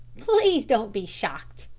please don't be shocked,